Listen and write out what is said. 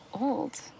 old